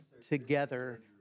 together